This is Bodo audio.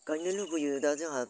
गायनो लुबैयो दा जोंहा